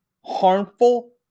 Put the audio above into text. harmful